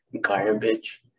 garbage